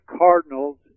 Cardinals